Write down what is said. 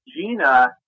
Gina